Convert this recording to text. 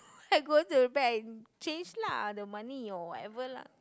I go to back and change lah the money or whatever lah